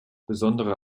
besondere